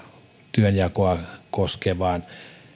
työnjakoa koskevan